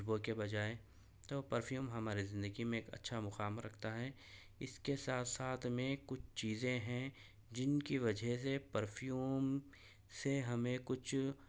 خوشبو کے بجائے تو پرفیوم ہمارے زندگی میں ایک اچھا مقام رکھتا ہے اس کے ساتھ ساتھ میں کچھ چیزیں ہیں جن کی وجہ سے پرفیوم سے ہمیں کچھ